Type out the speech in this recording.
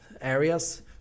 areas